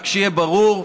רק שיהיה ברור,